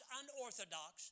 unorthodox